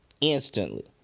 Instantly